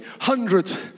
hundreds